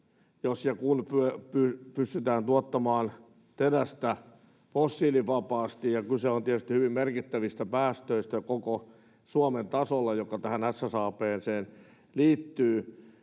jos ja kun pystytään tuottamaan terästä fossiilivapaasti, ja kyse on tietysti hyvin merkittävistä päästöistä koko Suomen tasolla siinä, mikä tähän SSAB:hen liittyy,